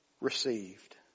received